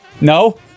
No